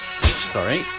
Sorry